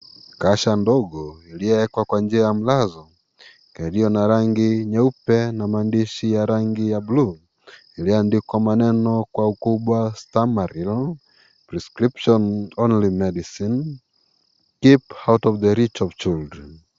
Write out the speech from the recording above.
Kasha ndogo ilio wekwa kwanjia ya mlazo yalio na rangi nyeupe na maandishi ya rangi ya bluu yalio andikwa maneno kwa ukubwa Stamaril prescription only medicine , keep out of the rich of children .